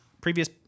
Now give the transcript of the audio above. Previous